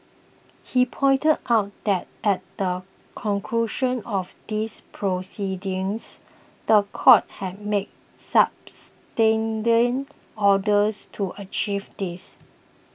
he pointed out that at the conclusion of these proceedings the court had made substantial orders to achieve this